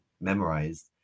memorized